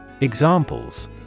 Examples